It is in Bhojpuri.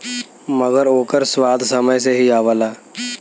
मगर ओकर स्वाद समय से ही आवला